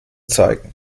zeigen